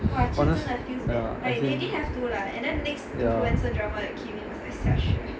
honest as in ya